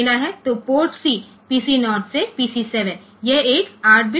तो port C PC 0 से PC 7 यह एक 8 बिट पोर्ट है